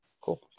Cool